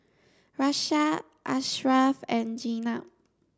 Raisya Ashraf and Jenab